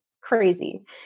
crazy